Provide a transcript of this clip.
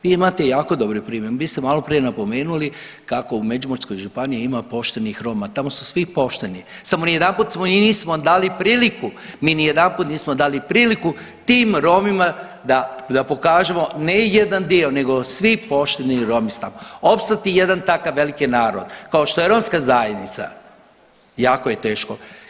Vi imate jako dobre primjere, vi ste maloprije napomenuli kako u Međimurskoj županiji ima poštenih Roma, tamo su svi pošteni samo nijedanput im nismo dali priliku, mi nijedanput nismo dali priliku tim Romima da, da pokažemo ne jedan dio nego svi pošteni Romi su tamo, opstati jedan takav veliki narod kao što je romska zajednica jako je teško.